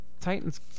Titans